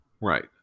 Right